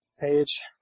Page